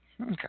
Okay